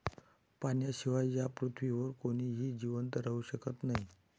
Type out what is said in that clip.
पाण्याशिवाय या पृथ्वीवर कोणीही जिवंत राहू शकत नाही